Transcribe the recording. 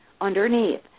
underneath